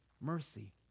Mercy